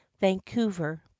Vancouver